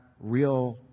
real